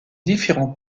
différents